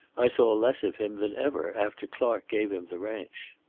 i saw less of him than ever after clark gave him the ranch.